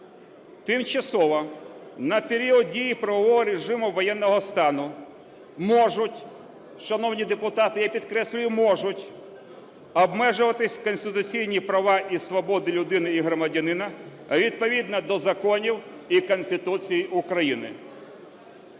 тимчасово на період дії правового режиму воєнного стану можуть – шановні депутати, я підкреслюю, можуть – обмежуватися конституційні права і свободи людини і громадянина відповідно до законів і Конституції України.